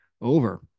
over